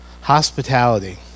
hospitality